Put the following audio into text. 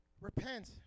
Repent